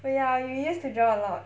but ya we use to draw a lot